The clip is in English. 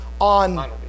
on